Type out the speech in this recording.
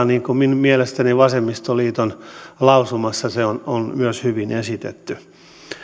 niin kuin minun mielestäni vasemmistoliiton lausumassa se on on myös hyvin esitetty